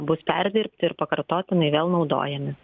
bus perdirbti ir pakartotinai vėl naudojami